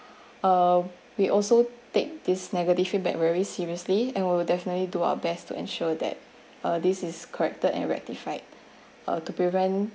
uh we also take this negative feedback very seriously and we will definitely do our best to ensure that uh this is corrected and rectified uh to prevent